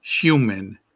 human